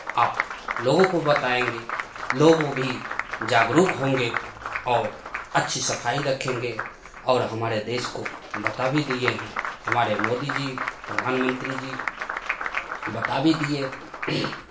आप लोगों को बताएँगे लोग भी जागरुक होंगे और अच्छी सफाई रखेंगे और हमारे देश को बता भी दिए हैं हमारे मोदी जी प्रधानमंत्री जी बता भी दिए